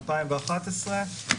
2011,